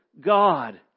God